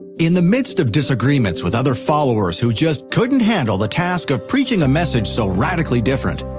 in the midst of disagreements with other followers who just couldn't handle the task of preaching a message so radically different,